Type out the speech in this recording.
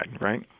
right